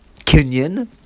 Kenyan